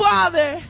Father